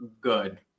good